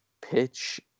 pitch